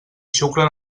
xuclen